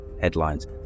headlines